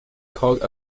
caught